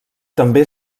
també